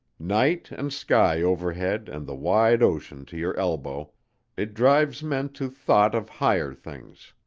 night and sky overhead and the wide ocean to your elbow it drives men to thought of higher things.